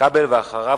ואחריו,